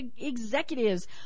executives